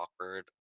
awkward